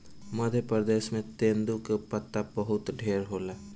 मध्य प्रदेश में तेंदू के पत्ता बहुते ढेर होला